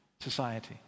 society